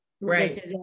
Right